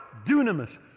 dunamis